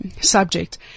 subject